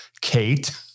Kate